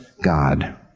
God